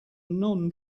non